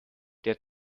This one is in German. der